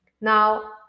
Now